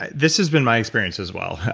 but this has been my experience as well.